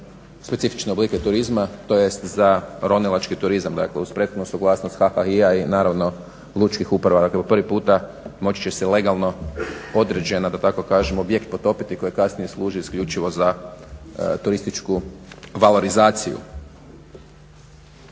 specifične oblike turizma tj. za ronilački turizam. Dakle, uz prethodnu suglasnost HHI-a i naravno lučkih uprava prvi puta moći će se legalno određeni da tako kažem objekt potopiti koji kasnije služi isključivo za turističku valorizaciju.